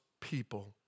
people